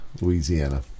louisiana